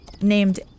named